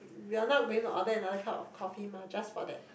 we are not going to order another cup of coffee mah just for that